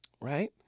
Right